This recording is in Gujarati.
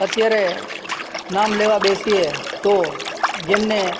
અત્યારે નામ લેવા બેસીએ તો જેમને